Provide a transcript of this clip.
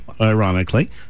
ironically